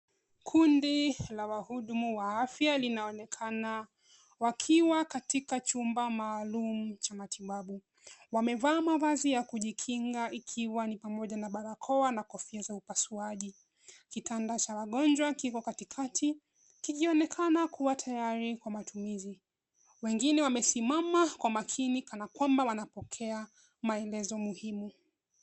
Kundi la wahudumu wa afya linaonekana wakiwa katika chumba maalum cha matibabu. Wamevaa mavazi ya kujikinga ikiwa ni pamoja na barakoa na kofia za upasuaji. Kitanda cha wagonjwa kiko katikati, kikionekana kuwa tayari kwa matumizi. Wengine wamesimama kwa makini kana kwamba wanapokea maelezo muhimu.